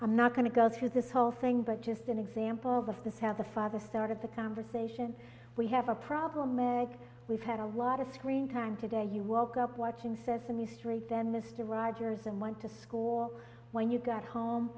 i'm not going to go through this whole thing but just an example of this how the father started the conversation we have a problem meg we've had a lot of screen time today you woke up watching sesame street then mr rogers and went to school or when you got home